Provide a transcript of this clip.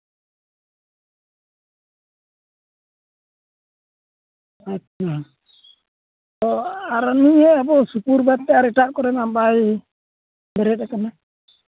ᱟᱪᱪᱷᱟ ᱚ ᱟᱨ ᱱᱤᱭᱟᱹ ᱟᱵᱚ ᱥᱩᱯᱩᱨ ᱵᱟᱫ ᱠᱟᱛᱮ ᱮᱴᱟᱜ ᱠᱚᱨᱮᱱᱟᱜ ᱵᱟᱭ ᱵᱮᱨᱮᱫ ᱟᱠᱟᱱᱟ